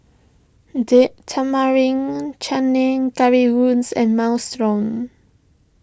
Date Tamarind Chutney Currywurst and Minestrone